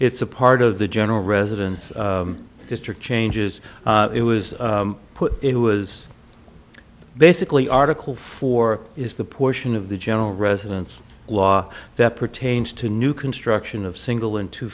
it's a part of the general residence mr changes it was put it was basically article four is the portion of the general residence law that pertains to new construction of single into